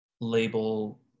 label